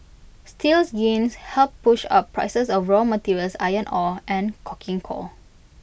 steel's gains helped push up prices of raw materials iron ore and coking coal